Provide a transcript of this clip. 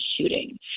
shooting